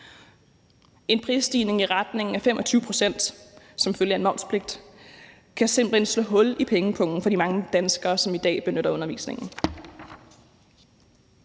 En prisstigning i retningen af 25 pct. som følge af en momspligt kan simpelt hen slå hul i pengepungen for de mange danskere, som i dag benytter undervisningen.